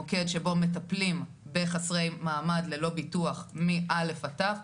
מוקד שבו מטפלים בחסרי מעמד ללא ביטוח מא' עד ת'.